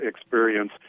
experience